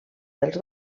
dels